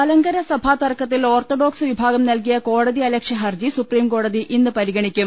മലങ്കര സഭാ തർക്കത്തിൽ ഓർത്തഡോക്സ് വിഭാഗം നൽകിയ കോടതിയലക്ഷ്യ ഹർജി സുപ്രീം കോടതി ഇന്ന് പരിഗണിക്കും